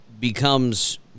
becomes